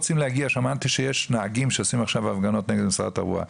שמעתי שיש נהגים שעושים עכשיו הפגנות נגד משרד התחבורה,